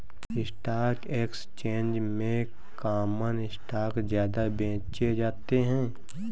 stock exchange में common stock ज्यादा बेचे जाते है